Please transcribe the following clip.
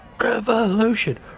Revolution